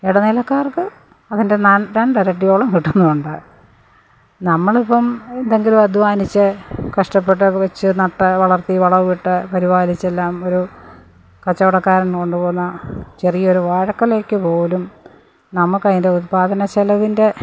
ഇടനിലക്കാർക്ക് അതിൻ്റെ നാല് രണ്ടിരട്ടിയോളം കിട്ടുന്നുമുണ്ട് നമ്മളിപ്പോള് എന്തെങ്കിലും അധ്വാനിച്ച് കഷ്ടപ്പെട്ട് വെച്ച് നട്ടു വളർത്തി വളവുമിട്ട് പരിപാലിച്ച് എല്ലാം ഒരു കച്ചവടക്കാരൻ കൊണ്ടുപോകുന്ന ചെറിയ ഒരു വാഴക്കുലയ്ക്കുപോലും നമുക്കതിൻ്റെ ഉല്പാദന ചെലവിൻ്റെ